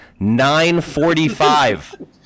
945